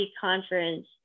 conference